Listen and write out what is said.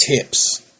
Tips